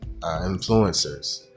influencers